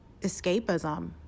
escapism